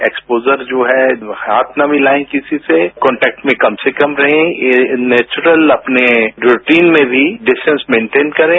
exposure जो हैं हाथ न मिलाएं किसी से कॉन्टेक्ट में कम से कम रहें ये नेचुरल अपने रूटीन में भी डिस्टेंस मेंटेन करें